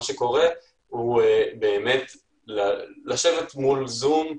מה שקורה זה ישיבה מול זום,